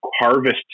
harvest